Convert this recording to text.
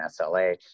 SLA